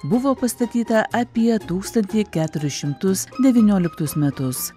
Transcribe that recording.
buvo pastatyta apie tūkstantį keturis šimtus devynioliktus metus